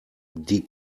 die